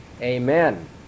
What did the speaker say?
amen